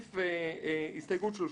הסתייגות 32: